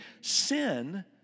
sin